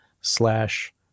slash